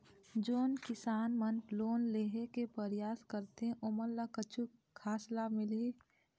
जोन किसान मन लोन लेहे के परयास करथें ओमन ला कछु खास लाभ मिलही?